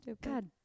god